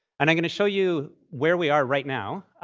and i'm going to show you where we are right now.